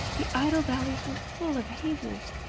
the idle valleys were full of hazes.